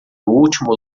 último